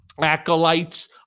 acolytes